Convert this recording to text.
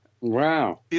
Wow